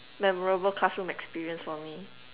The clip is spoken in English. memorable classroom experience for me